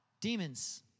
demons